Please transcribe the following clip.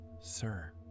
sir